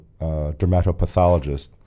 dermatopathologist